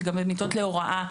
היא גם במיטות להוראה.